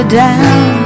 down